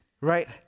Right